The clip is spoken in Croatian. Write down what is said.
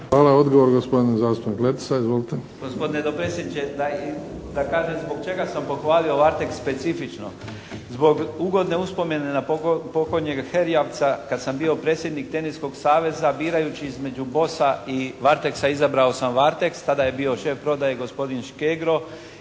Hvala. Odgovor gospodin zastupnik Letica, izvolite. **Letica, Slaven (Nezavisni)** Gospodine dopredsjedniče da kažem zbog čega sam pohvalio Varteks specifično? Zbog ugodne uspomene na pokojnog Herjavca kad sam bio predsjednik Teniskog saveza birajući između Boss-a i Varteksa izabrao sam Varteksa. Tada je bio šef prodaje gospodin Škegro